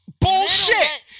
bullshit